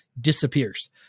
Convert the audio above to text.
disappears